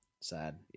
Sad